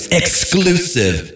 exclusive